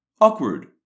awkward